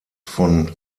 von